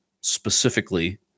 specifically